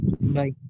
Bye